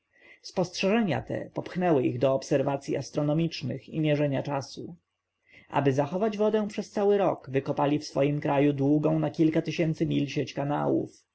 spostrzeżenia te popchnęły ich do obserwacyj astronomicznych i mierzenia czasu aby zachować wodę przez cały rok wykopali w swoim kraju długą na kilka tysięcy mil sieć kanałów